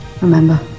Remember